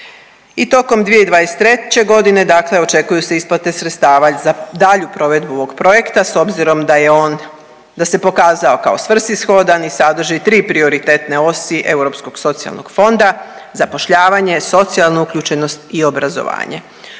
I tokom 2023. godine dakle očekuju se isplate sredstava i za dalju provedbu ovog projekta s obzirom da je on, da se pokazao kao svrsishodan i sadrži tri prioritetne osi Europskog socijalnog fonda, zapošljavanje, socijalnu uključenost i obrazovanje.